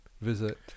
visit